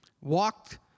Walked